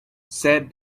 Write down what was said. said